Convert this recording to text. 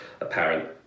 apparent